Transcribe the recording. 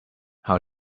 how